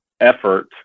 effort